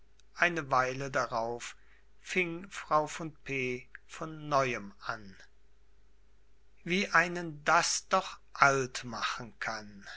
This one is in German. eine weile darauf fing frau von p von neuem an wie einen das doch alt machen kann